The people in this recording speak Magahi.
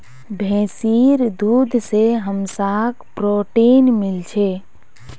भैंसीर दूध से हमसाक् प्रोटीन मिल छे